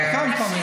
כמה פעמים?